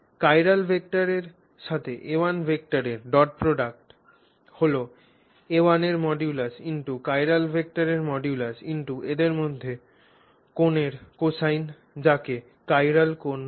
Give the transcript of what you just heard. chiral ভেক্টরের সাথে a1 ভেক্টরের ডট প্রোডাক্ট হল a1 এর মডিউলাস x চিরাল ভেক্টরের মডুলাস × এদের মধ্যে কোণ এর cosine যাকে চিরাল কোণ বলে